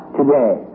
today